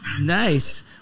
Nice